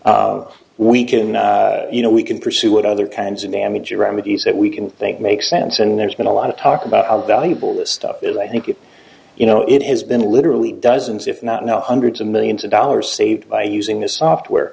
is we can you know we can pursue what other kinds of damage remedies that we can thank make sense and there's been a lot of talk about valuable this stuff that i think if you know it has been literally dozens if not now hundreds of millions of dollars saved by using this software